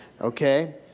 Okay